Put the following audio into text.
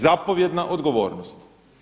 Zapovjedna odgovornost.